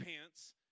pants